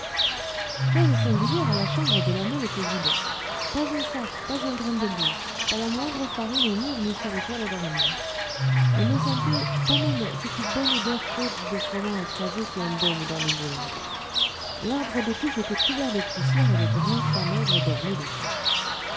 chose singulière la chambre de la meule était vide pas un sac pas un grain de blé pas la moindre farine aux murs ni sur les toiles d'araignée on ne sentait pas même cette bonne odeur chaude de froment écrasé qui embaume dans les moulins l'arbre de couche était couvert de poussière et le grand chat maigre dormait dessus